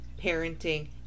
parenting